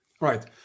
Right